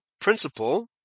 principle